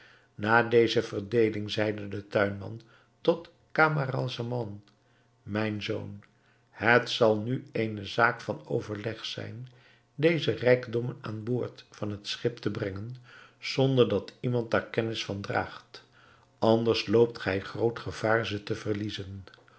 na deze verdeeling zeide de tuinman tot camaralzaman mijn zoon het zal nu eene zaak van overleg zijn deze rijkdommen aan boord van het schip te brengen zonder dat iemand daar kennis van draagt anders loopt gij groot gevaar ze te verliezen